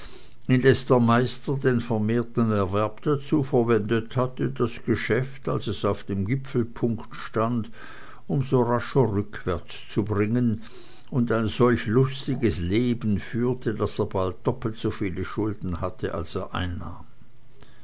indes der meister den vermehrten erwerb dazu verwendet hatte das geschäft als es auf dem gipfelpunkt stand um so rascher rückwärts zu bringen und ein solch lustiges leben führte daß er bald doppelt soviel schulden hatte als er